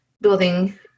building